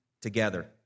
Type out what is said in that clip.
together